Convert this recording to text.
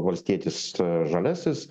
valstietis žaliasis